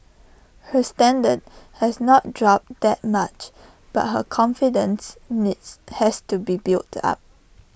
her standard has not dropped that much but her confidence needs has to be built up